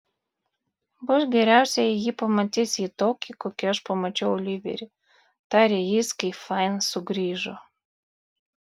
bus geriausia jei ji pamatys jį tokį kokį aš pamačiau oliverį tarė jis kai fain sugrįžo